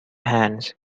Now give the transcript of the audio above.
hands